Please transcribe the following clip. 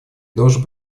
должен